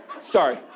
Sorry